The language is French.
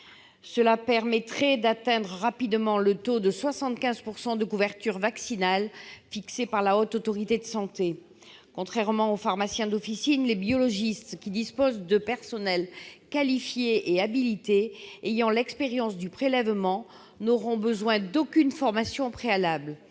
Cela permettrait d'atteindre rapidement le taux de 75 % de couverture vaccinale fixé par la Haute Autorité de santé. Contrairement aux pharmaciens d'officine, les biologistes, qui disposent de personnels qualifiés et habilités, ayant l'expérience du prélèvement, n'auront besoin d'aucune formation préalable.